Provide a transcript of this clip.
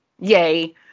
yay